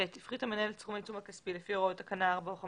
(ב) הפחית המנהל את סכום העיצום הכספי לפי הוראות תקנה 4 או 5,